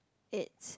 it's